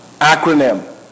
acronym